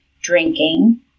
drinking